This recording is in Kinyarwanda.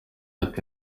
ati